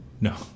No